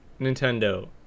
Nintendo